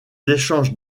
échanges